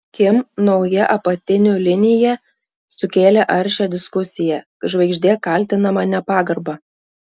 kim nauja apatinių linija sukėlė aršią diskusiją žvaigždė kaltinama nepagarba